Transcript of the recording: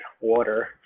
water